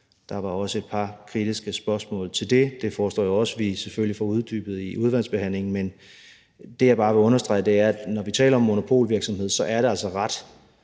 Der var også et par kritiske spørgsmål til det. Det foreslår jeg også at vi selvfølgelig får uddybet i udvalgsbehandlingen, men det, jeg bare vil understrege, er, at når vi taler om monopolvirksomhed, er det altså ret